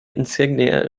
insignia